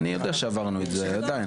אני יודע שעברנו את זה, עדיין.